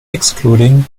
excluding